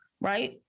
right